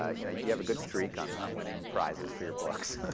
ah you know, you have a good streak on on winning prizes for your books.